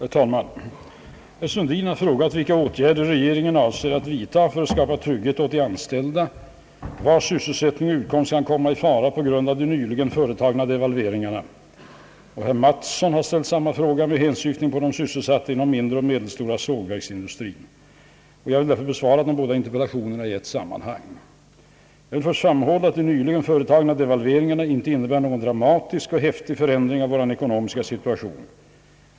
Herr talman! Herr Sundin har frågat vilka åtgärder regeringen avser att vidta för att skapa trygghet åt de anställda, vilkas sysselsättning och utkomst kan komma i fara på grund av de nyligen företagna devalveringarna. Herr Mattsson har ställt samma fråga med hänsyftning på de sysselsatta inom den mindre och medelstora sågverksindustrin. Jag vill därför besvara de två interpellationerna i ett sammanhang. Jag vill först framhålla, att de nyligen företagna devalveringarna inte innebär någon dramatisk och häftig förändring av vår ekonomiska situation.